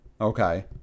Okay